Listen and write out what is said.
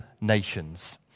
nations